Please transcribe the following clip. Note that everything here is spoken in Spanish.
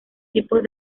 tipos